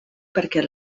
perquè